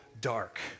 dark